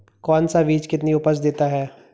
कौन सा बीज कितनी उपज देता है?